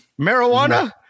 Marijuana